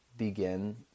begin